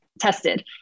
tested